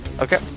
Okay